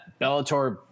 Bellator